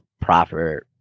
proper